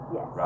Yes